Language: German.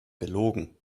belogen